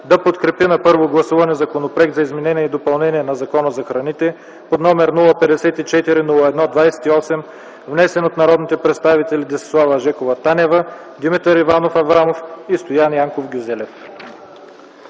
да подкрепи на първо гласуване Законопроект за изменение и допълнение на Закона за храните, № 054-01-28, внесен от народните представители Десислава Жекова Танева, Димитър Иванов Аврамов и Стоян Янков Гюзелев